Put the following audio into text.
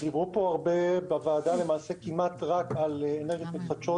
דיברו פה הרבה כמעט ורק על אנרגיות מתחדשות